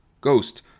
Ghost